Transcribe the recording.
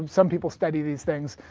some people study these things.